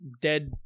dead